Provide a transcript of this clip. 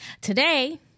Today